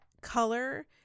color